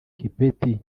kipeti